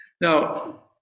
Now